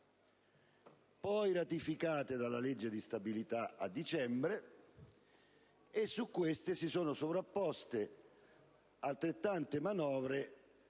poi ratificate dalla legge di stabilità a dicembre, e su queste si sono sovrapposte altrettante manovre